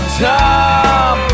top